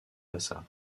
bassa